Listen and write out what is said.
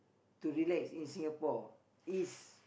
to relax in Singapore is